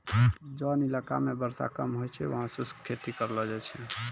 जोन इलाका मॅ वर्षा कम होय छै वहाँ शुष्क खेती करलो जाय छै